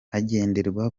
hagenderwa